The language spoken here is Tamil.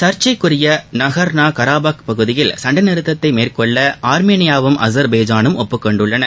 சர்ச்சைக்குரிய நகோர்னா கராபக் பகுதியில் சண்டை நிறுத்தத்தை மேற்கொள்ள ஆர்மீனியாவும் அஸர்பைஜானும் ஒப்புக் கொண்டுள்ளன